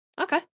okay